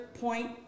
point